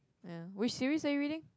ya which series are you reading